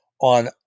on